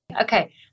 Okay